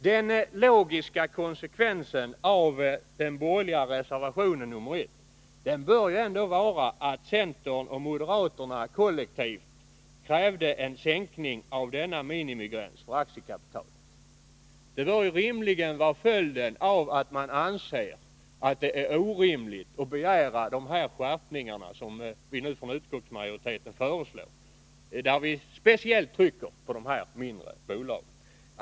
Den logiska konsekvensen av den borgerliga reservationen nr 1 borde ju vara att centern och moderaterna kollektivt krävde en sänkning av denna minimigräns för aktiekapitalet. Det borde vara följden av att man anser att det är orimligt att begära de skärpningar som vi nu från utskottsmajoriteten föreslår, varvid vi speciellt uppmärksammar de mindre bolagen.